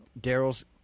Daryl's